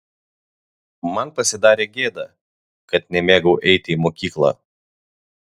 man pasidarė gėda kad nemėgau eiti į mokyklą